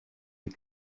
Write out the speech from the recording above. die